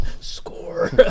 Score